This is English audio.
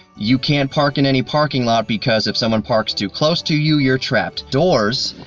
you can't park in any parking lot because if someone parks too close to you, you're trapped. doors,